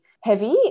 heavy